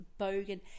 bogan